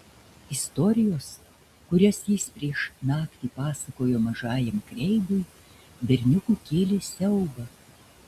istorijos kurias jis prieš naktį pasakojo mažajam kreigui berniukui kėlė siaubą